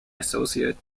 associate